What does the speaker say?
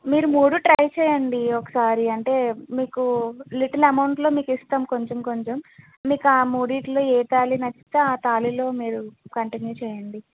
మీరు మూడూ ట్రై చేయండి ఒకసారి అంటే మీకు లిటిల్ అమౌంట్లో మీకిస్తాం కొంచెం కొంచెం మీకు ఆ మూడిటిల్లో ఏ తాళి నచ్చితే ఆ తాళిలో మీరు కంటిన్యూ చేయండి